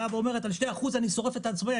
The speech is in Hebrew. באה ואומרת: על 2% אני שורפת את העצמאי.